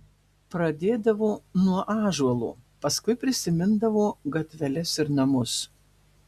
pradėdavo nuo ąžuolo paskui prisimindavo gatveles ir namus